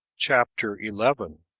chapter eleven.